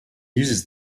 uses